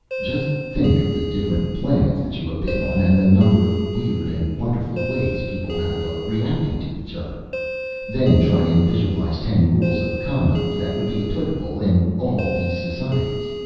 just think of the different planets that you have been on and the number of weird and wonderful ways people have of reacting to each other then try and visualize ten rules of conduct that would be applicable in all these societies.